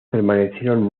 permanecieron